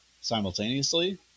simultaneously